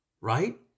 right